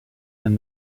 and